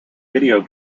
video